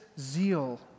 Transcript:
zeal